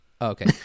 okay